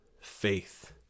faith